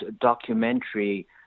documentary